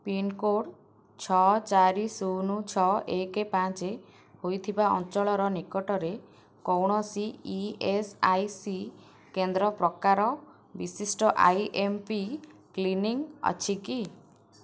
pincode ଛଅ ଚାରି ଶୂନ ଛଅ ଏକ ପାଞ୍ଚ ହେଇଥିବା ଅଞ୍ଚଳର ନିକଟରେ କୌଣସି ଇ ଏସ୍ ଆଇ ସି କେନ୍ଦ୍ର ପ୍ରକାର ବିଶିଷ୍ଟ ଆଇ ଏମ୍ ପି କ୍ଲିନିକ୍ ଅଛି କି